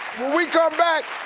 we come back,